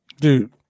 dude